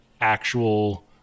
actual